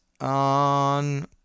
on